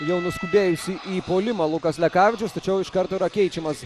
jau nuskubėjusį į puolimą lukas lekavičius tačiau iš karto yra keičiamas